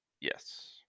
yes